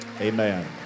Amen